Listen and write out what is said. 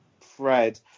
Fred